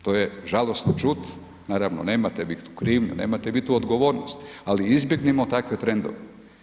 To je žalosno čuti, naravno, nemate ni krivnju, nemate vi tu odgovornost, ali izbjegnimo takve trendove.